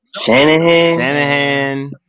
Shanahan